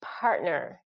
partner